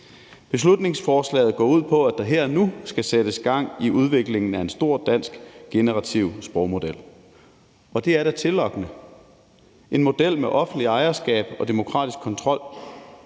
Beslutningsforslaget går ud på, at der her og nu skal sættes gang i udviklingen af en stor dansk generativ sprogmodel, og det er da tillokkende: en model med offentligt ejerskab og demokratisk kontrol.